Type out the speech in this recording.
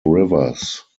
rivers